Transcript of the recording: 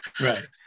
Right